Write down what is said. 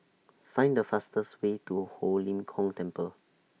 Find The fastest Way to Ho Lim Kong Temple